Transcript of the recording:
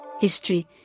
history